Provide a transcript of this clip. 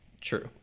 True